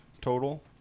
total